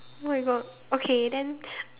oh-my-God okay then